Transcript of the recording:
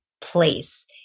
place